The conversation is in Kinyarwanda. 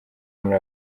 muri